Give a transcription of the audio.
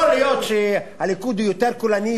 יכול להיות שהליכוד הוא יותר קולני,